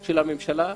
של הממשלה,